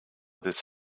this